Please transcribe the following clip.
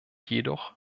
jedoch